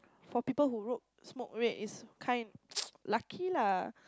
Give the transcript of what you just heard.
for people who rode smoke red is kind lucky lah